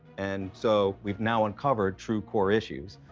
and so we've now uncovered true core issues.